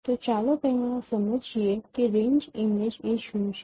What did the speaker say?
તો ચાલો પહેલા સમજીએ કે રેન્જ ઇમેજ એ શું છે